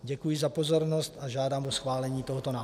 Děkuji za pozornost a žádám o schválení tohoto návrhu.